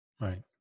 Right